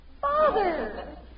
Father